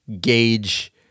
gauge